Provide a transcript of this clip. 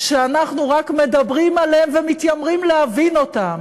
שאנחנו רק מדברים עליהם ומתיימרים להבין אותם